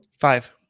Five